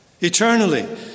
eternally